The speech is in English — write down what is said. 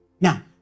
Now